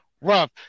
rough